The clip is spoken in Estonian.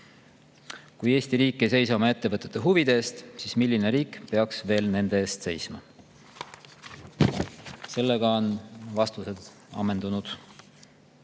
Kui Eesti riik ei seisa oma ettevõtete huvide eest, siis milline riik peaks veel nende eest seisma? Sellega on vastused ammendunud.